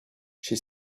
she